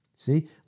See